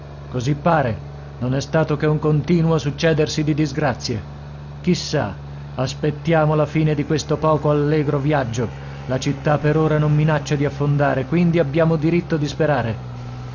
così pare non è stato che un continuo succedersi di disgrazie chissà aspettiamo la fine di questo poco allegro viaggio la città per ora non minaccia di affondare quindi abbiamo diritto di sperare